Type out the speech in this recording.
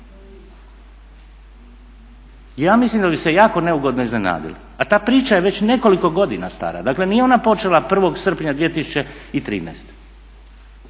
Ja mislim da bi se jako neugodno iznenadili a ta priča je već nekoliko godina stara, dakle nije ona počela 1.srpnja 2013.